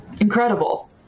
Incredible